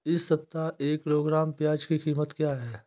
इस सप्ताह एक किलोग्राम प्याज की कीमत क्या है?